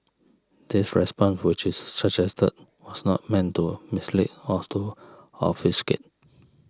this response which is suggested was not meant to mislead or to obfuscate